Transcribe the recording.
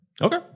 Okay